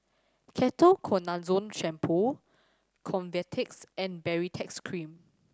Ketoconazole Shampoo Convatec and Baritex Cream